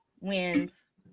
wins